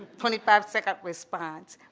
twenty five second response.